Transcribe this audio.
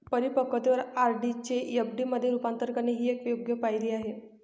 परिपक्वतेवर आर.डी चे एफ.डी मध्ये रूपांतर करणे ही एक योग्य पायरी आहे